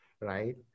Right